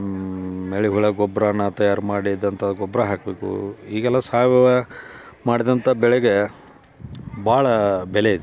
ಮೆಳಿ ಹುಳು ಗೊಬ್ರಾನ ತಯಾರು ಮಾಡಿದಂಥ ಗೊಬ್ಬರ ಹಾಕಬೇಕು ಈಗೆಲ್ಲ ಸಾವಯವ ಮಾಡಿದಂಥ ಬೆಳೆಗೆ ಭಾಳ ಬೆಲೆ ಇದೆ